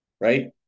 right